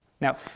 Now